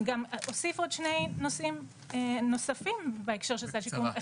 אני גם אוסיף עוד שני נושאים נוספים בהקשר של סל שיקום,